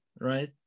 right